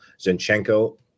Zinchenko